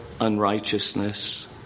unrighteousness